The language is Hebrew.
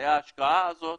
הרי ההשקעה הזאת